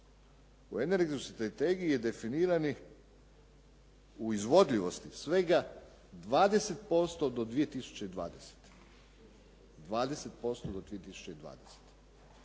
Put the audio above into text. u energetskoj strategiji je definiran u izvodljivosti svega 20% do 2020. Mislim,